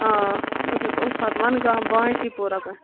آ بہٕ چھَس اُلفَت وَنہٕ گام بانٛڈی پورہ پٮ۪ٹھ